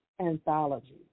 anthology